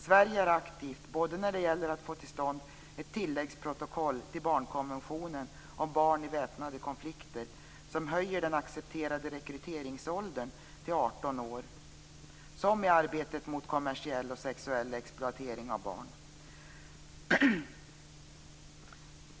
Sverige är aktivt både när det gäller att få till stånd ett tilläggsprotokoll till barnkonventionen om barn i väpnade konflikter som höjer den accepterade rekryteringsåldern till 18 år och i arbetet mot kommersiell och sexuell exploatering av barn.